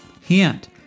Hint